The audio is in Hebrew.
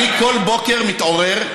אני כל בוקר מתעורר,